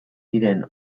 diren